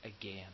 again